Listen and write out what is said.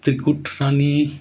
Trikuta Rani